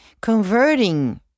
converting